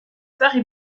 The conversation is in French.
paris